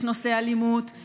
יש נושא האלימות,